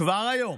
כבר היום